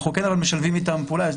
אנחנו כן משתפים איתם פעולה.